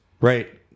Right